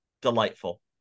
Delightful